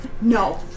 No